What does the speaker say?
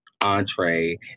entree